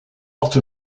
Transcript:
not